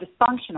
dysfunctional